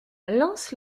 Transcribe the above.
lance